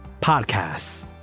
podcasts